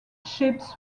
ships